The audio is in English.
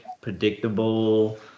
predictable